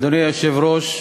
אדוני היושב-ראש,